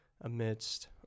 amidst